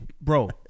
bro